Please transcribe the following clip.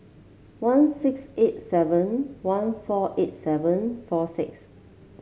one six eight seven one four eight seven four six